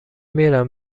میرم